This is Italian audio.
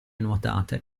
nuotate